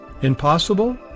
impossible